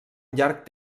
llarg